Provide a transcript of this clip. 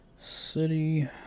City